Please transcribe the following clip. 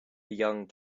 young